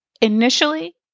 Initially